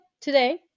today